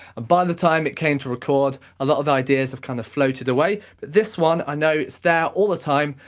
by the time it came to record a lot of ideas had kind of floated away. but this one, i know it's there all the time.